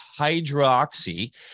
hydroxy